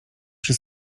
przy